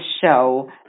show